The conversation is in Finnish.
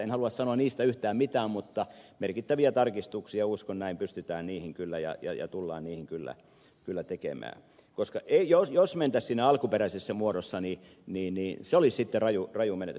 en halua sanoa niistä yhtään mitään mutta merkittäviin tarkistuksiin uskon näin pystytään kyllä ja niitä tullaan tekemään koska jos mentäisiin siinä alkuperäisessä muodossa niin se olisi sitten raju menetys